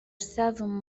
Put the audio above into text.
seven